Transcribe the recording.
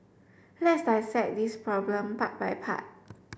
let's dissect this problem part by part